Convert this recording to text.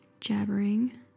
jabbering